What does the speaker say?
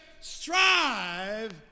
strive